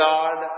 God